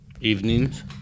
Evenings